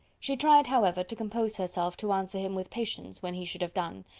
she tried, however, to compose herself to answer him with patience, when he should have done.